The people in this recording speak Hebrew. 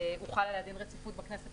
הוחל עליה דין רציפות בכנסת